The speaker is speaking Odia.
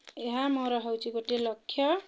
ଏହା ମୋର ହେଉଛି ଗୋଟିଏ ଲକ୍ଷ୍ୟ